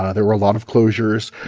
ah there were a lot of closures.